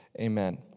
Amen